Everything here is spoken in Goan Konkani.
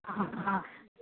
आ आ